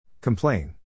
Complain